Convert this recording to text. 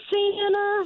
Santa